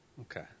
Okay